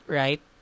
right